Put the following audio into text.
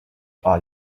are